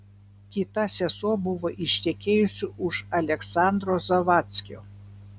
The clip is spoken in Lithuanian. kita sesuo buvo ištekėjusi už aleksandro zavadckio